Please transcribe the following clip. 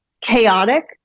chaotic